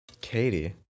Katie